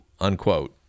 unquote